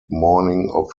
mourning